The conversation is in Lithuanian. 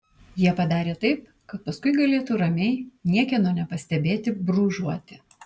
jie padarė taip kad paskui galėtų ramiai niekieno nepastebėti brūžuoti